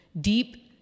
deep